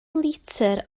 litr